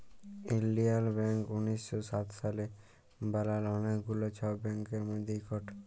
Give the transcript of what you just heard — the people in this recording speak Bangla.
ইলডিয়াল ব্যাংক উনিশ শ সাত সালে বালাল অলেক গুলা ছব ব্যাংকের মধ্যে ইকট